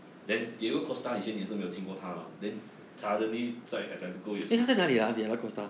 then diego costa 你以前也是没有听过他吗 then suddenly 在 atletico 也是说